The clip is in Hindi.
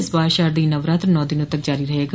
इस बार शारदीय नवरात्र नौ दिनों तक जारी रहेगा